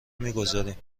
میگذاریم